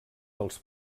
dels